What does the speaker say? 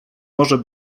może